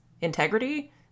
integrity